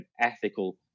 ethical